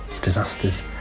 disasters